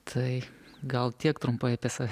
tai gal tiek trumpai apie save